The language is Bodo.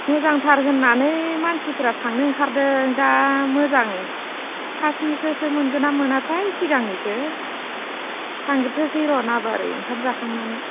मोजांथार होननानै मानसिफ्रा थांनो ओंखारदों दा मोजां फार्स्टनिखोसो मोनगोनना मोनाथाय सिगांनिखो थांग्रोथोसै र' नाबारै ओंखाम जाखांनानै